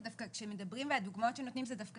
דווקא כשמדברים והדוגמאות שנותנים זה דווקא